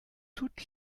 toute